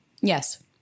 Yes